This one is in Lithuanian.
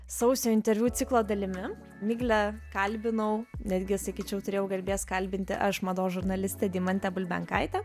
sausio interviu ciklo dalimi miglę kalbinau netgi sakyčiau turėjau garbės kalbinti aš mados žurnalistė deimantė bulbenkaitė